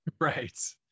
Right